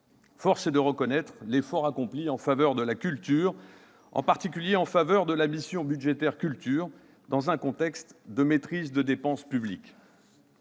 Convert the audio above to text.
d'abord de reconnaître l'effort accompli en faveur de la culture, en particulier en faveur de la mission « Culture », dans un contexte de maîtrise des dépenses publiques.